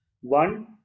One